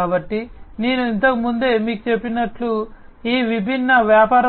కాబట్టి నేను ఇంతకు ముందే మీకు చెప్పినట్లు ఈ విభిన్న వ్యాపార